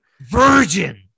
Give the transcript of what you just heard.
Virgin